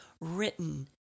written